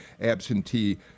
absentee